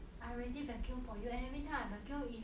I already vacuum for you and every time I vacuum